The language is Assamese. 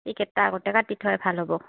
টিকেটাে আগতেীয়াকৈ কাটি থোৱাই ভাল হ'ব